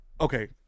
Okay